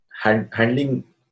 handling